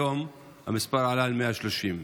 היום המספר עלה ל-130.